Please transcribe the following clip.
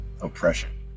oppression